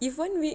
if one week